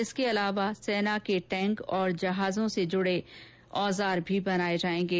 इसके अलावा सेना के टैंक और जहाजों से जुड़े औजार भी बनाए जाएंगे